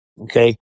okay